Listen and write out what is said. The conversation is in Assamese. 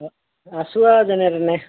আছোঁ আৰু যেনেতেনে